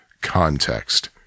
Context